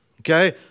Okay